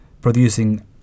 producing